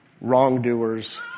wrongdoers